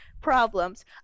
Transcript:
problems